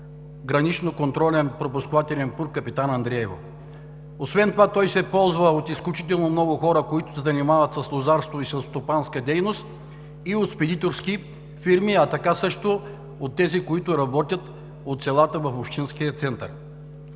Граничния контролно-пропусквателен пункт Капитан Андреево. Освен това той се ползва от изключително много хора, които се занимават с лозарство и селскостопанска дейност, от спедиторски фирми и от тези, които от селата работят в общинския център.